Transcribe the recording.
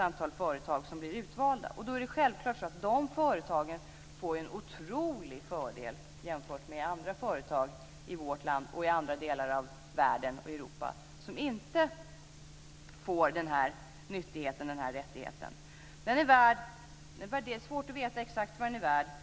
De företag som får den här nyttigheten får självklart en otrolig fördel jämfört med andra företag i vårt land, i Europa och i de delar av världen som inte får den här rättigheten. Det är svårt att veta exakt vad licensen är värd.